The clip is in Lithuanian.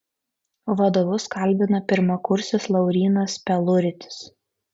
vadovus kalbina pirmakursis laurynas peluritis